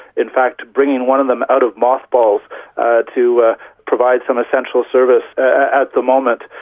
in fact bringing one of them out of mothballs to provide some essential service at the moment.